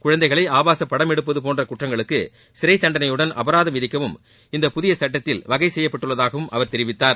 குழந்தைகளை ஆபாசுபடம் எடுப்பது போன்ற குற்றங்களுக்கு சிறைத்தண்டணையுடன் அப்ராதம் விதிக்கவும் இந்த புதிய சுட்டத்தில் வகை செய்யப்பட்டுள்ளதாகவும் அவர் தெரிவித்தார்